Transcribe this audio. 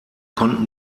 konnten